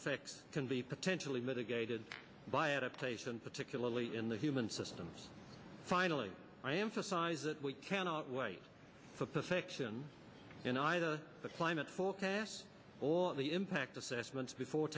effects can be potentially mitigated by adaptation particularly in the human systems finally i emphasize we cannot wait for perfection in either the climate forecasts or the impact assessments before